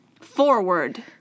Forward